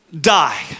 die